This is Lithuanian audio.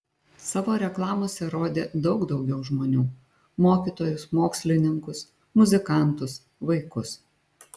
savo reklamose rodė daug daugiau žmonių mokytojus mokslininkus muzikantus vaikus